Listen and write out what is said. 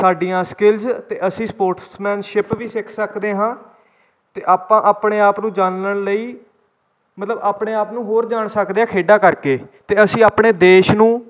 ਸਾਡੀਆਂ ਸਕਿੱਲਸ ਅਤੇ ਅਸੀਂ ਸਪੋਰਟਸਮੈਨਸ਼ਿਪ ਵੀ ਸਿੱਖ ਸਕਦੇ ਹਾਂ ਅਤੇ ਆਪਾਂ ਆਪਣੇ ਆਪ ਨੂੰ ਜਾਣਨ ਲਈ ਮਤਲਬ ਆਪਣੇ ਆਪ ਨੂੰ ਹੋਰ ਜਾਣ ਸਕਦੇ ਹਾਂ ਖੇਡਾਂ ਕਰਕੇ ਅਤੇ ਅਸੀਂ ਆਪਣੇ ਦੇਸ਼ ਨੂੰ